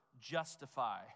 justify